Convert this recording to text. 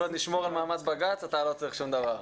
כל עוד נשמור על מאמץ בג"ץ אתה לא צריך שום דבר.